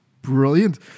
Brilliant